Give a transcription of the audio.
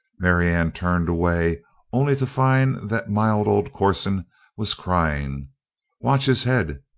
marianne turned away only to find that mild old corson was crying watch his head!